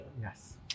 Yes